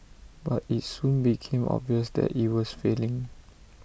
but IT soon became obvious that IT was failing